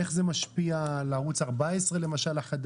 איך זה למשל משפיע על ערוץ 14 החדש?